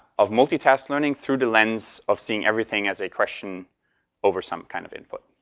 of multitask learning through the lens of seeing everything as a question over some kind of input.